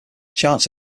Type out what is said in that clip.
charts